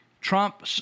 Trump